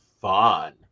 fun